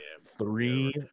three